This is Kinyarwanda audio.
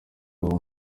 uwo